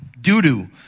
doo-doo